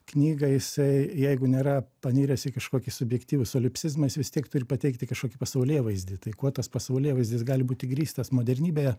knygą jisai jeigu nėra paniręs į kažkokį subjektyvų solipsizmą jis vis tiek turi pateikti kažkokį pasaulėvaizdį tai kuo tas pasaulėvaizdis gali būti grįstas modernybėje